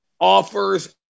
offers